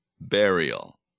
burial